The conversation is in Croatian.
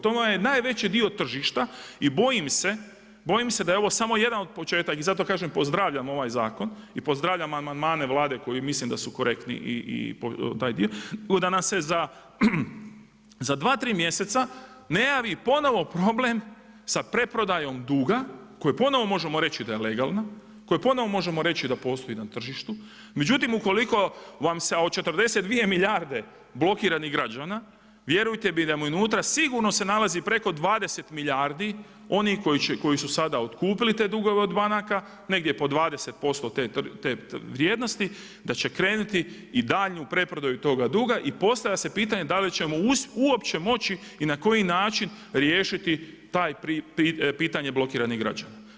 To je najveći dio tržišta i bojim se da je ovo samo jedan od početaka, i zato kažem pozdravljam ovaj zakon i pozdravljam amandmane Vlade koji mislim da su korektni… da nas se za 2, 3 mjeseca ne javi ponovno problem sa preprodajom duga koji ponovno možemo reći da legalna, koji ponovno možemo reći da postoji na tržištu, međutim ukoliko vam se od 42 milijarde blokiranih građana, vjerujte… sigurno se nalazi opreko 20 milijardi onih koji su sada otkupili te dugove od banaka, negdje po 20% te vrijednosti da će krenuti i daljnju preprodaju tog duga i postavlja se pitanje da li ćemo uopće moći i na koji način riješiti to pitanje blokiranih građana?